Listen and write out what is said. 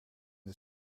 het